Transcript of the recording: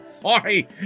Sorry